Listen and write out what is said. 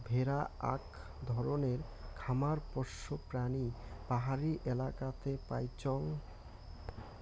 ভেড়া আক ধরণের খামার পোষ্য প্রাণী পাহাড়ি এলাকাতে পাইচুঙ